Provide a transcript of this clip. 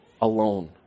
alone